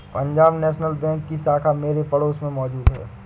Punjab National Bank की शाखा मेरे पड़ोस में मौजूद है